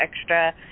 extra